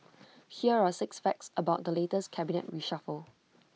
here are six facts about the latest cabinet reshuffle